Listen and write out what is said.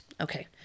Okay